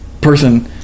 person